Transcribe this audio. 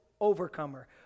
overcomer